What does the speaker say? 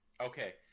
Okay